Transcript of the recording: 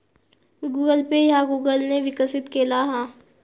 Google Pay ह्या Google ने विकसित केला हा